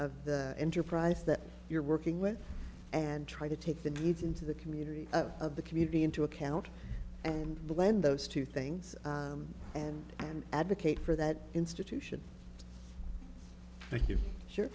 of the enterprise that you're working with and try to take the needs into the community of the community into account and blend those two things and advocate for that institution